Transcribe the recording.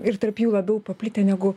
ir tarp jų labiau paplitę negu